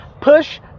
push